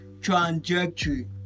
trajectory